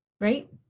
right